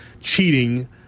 cheating